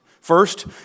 First